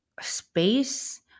space